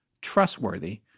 trustworthy